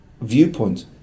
viewpoint